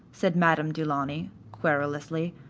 said madame du launy, querulously,